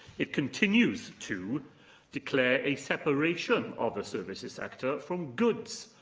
it continues to declare a separation of the services sector from goods,